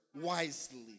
wisely